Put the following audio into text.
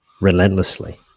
relentlessly